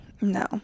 No